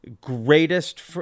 greatest